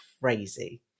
crazy